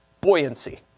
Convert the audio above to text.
Buoyancy